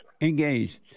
Engaged